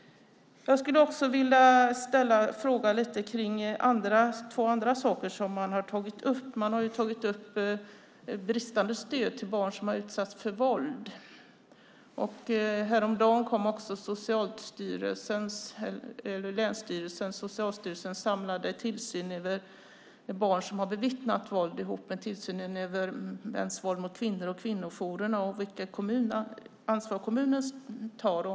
Jag skulle också vilja fråga lite om två andra saker som tagits upp. Man har tagit upp det bristande stödet till barn som har utsatts för våld. Häromdagen kom också Socialstyrelsens och länsstyrelsens samlade översyn över barn som bevittnat våld, tillsammans med översynen över mäns våld mot kvinnor, kvinnojourerna och vilket ansvar kommunen tar.